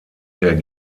der